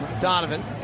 Donovan